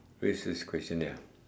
what is this questionnaire ah